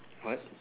what